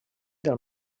del